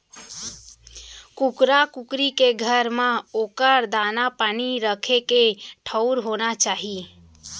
कुकरा कुकरी के घर म ओकर दाना, पानी राखे के ठउर होना चाही